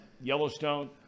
Yellowstone